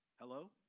Hello